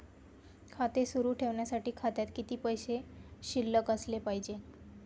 खाते सुरु ठेवण्यासाठी खात्यात किती पैसे शिल्लक असले पाहिजे?